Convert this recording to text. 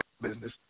business